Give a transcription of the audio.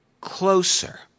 closer